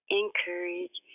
encourage